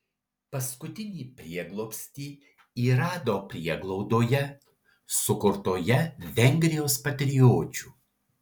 paskutinį prieglobstį ji rado prieglaudoje sukurtoje vengrijos patriočių